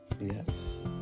Yes